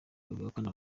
bihakana